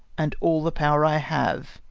and all the power i have,